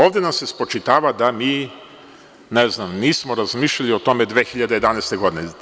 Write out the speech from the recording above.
Ovde nam se spočitava da mi, ne znam, nismo razmišljali o tome 2011. godine.